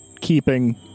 keeping